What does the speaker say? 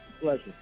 Pleasure